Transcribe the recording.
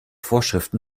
vorschriften